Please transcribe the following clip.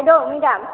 बायद' मेदाम